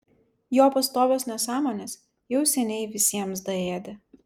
jo pastovios nesąmonės jau seniai visiems daėdė